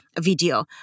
video